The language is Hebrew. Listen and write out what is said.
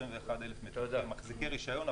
יש כ-21,000 מתווכים מחזיקי רישיון.